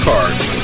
Cards